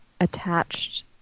attached